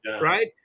right